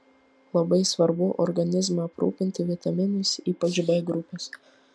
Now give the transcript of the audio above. labai svarbu organizmą aprūpinti vitaminais ypač b grupės